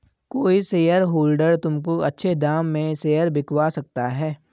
कोई शेयरहोल्डर तुमको अच्छे दाम में शेयर बिकवा सकता है